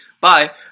Bye